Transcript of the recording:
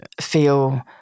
feel